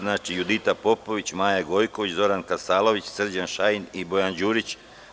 Znači, Judita Popović, Maja Gojković, Zoran Kasalović, Srđan Šajn i Bojan Đurić.